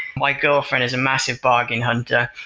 my girlfriend is a massive bargain hunter.